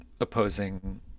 opposing